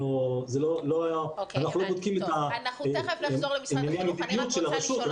אנחנו לא בודקים את ענייני המדיניות של הרשות,